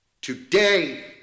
Today